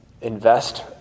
invest